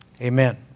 Amen